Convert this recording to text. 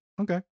Okay